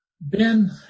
Ben